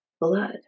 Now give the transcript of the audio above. blood